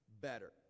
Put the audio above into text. better